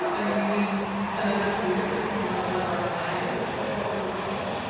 i mean we need another fifty years to think about what our moment is, what what we would call it.